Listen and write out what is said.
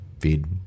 feed